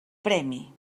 premi